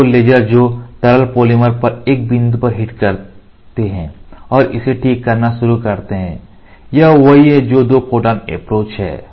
ये 2 लेज़र जो तरल पॉलीमर पर एक बिंदु पर हिट करते हैं और इसे ठीक करना शुरू करते हैं यह वही है जो दो फोटॉन अप्रोच है